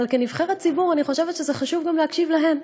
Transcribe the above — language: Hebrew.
אבל כנבחרת ציבור אני חושבת שזה חשוב גם להקשיב להן,